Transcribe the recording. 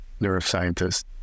neuroscientist